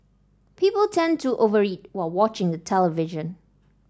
people tend to over eat while watching the television